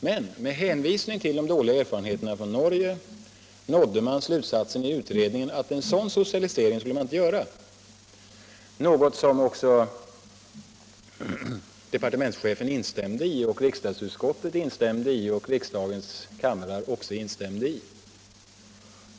Men med hänvisning till de dåliga erfarenheterna från Norge kom man i utredningen fram till slutsatsen, att man inte borde genomföra en sådan socialisering — något som både departementschefen, riksdagsutskottet och riksdagens kamrar instämde i.